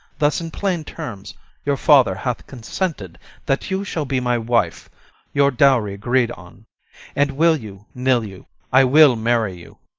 thus in plain terms your father hath consented that you shall be my wife your dowry greed on and will you, nill you, i will marry you.